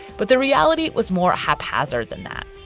but the reality was more haphazard than that.